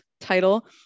title